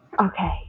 Okay